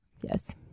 Yes